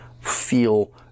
feel